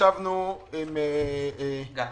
ישבנו עם גל,